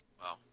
Wow